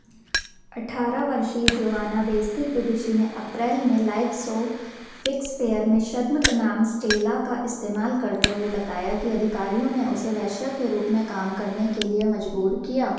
अठारह वर्षीय Joana Besnik Dudushi ने अप्रैल में लाइव सो फ़िक्स फ़ेयर में छद्म नाम स्टेला का इस्तेमाल करते हुए बताया कि अधिकारियों ने उसे वेश्या के रूप में काम करने के लिए मजबूर किया